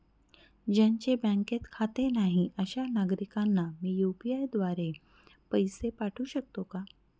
ज्यांचे बँकेत खाते नाही अशा नागरीकांना मी यू.पी.आय द्वारे पैसे पाठवू शकतो का?